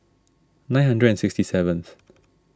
nine hundred and sixty seventh